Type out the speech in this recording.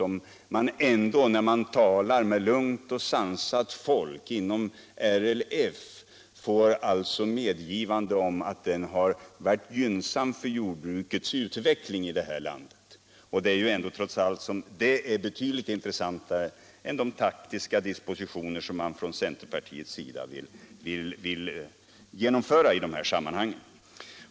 Men när man talar med lugnt och sansat folk inom RLF får man medgivanden; den politiken har varit gynnsam för jordbrukets utveckling i vårt land.